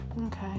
okay